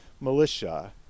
militia